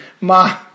ma